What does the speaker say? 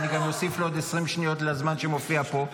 ואני גם אוסיף לו עוד 20 שניות לזמן שמופיע פה.